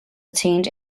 attained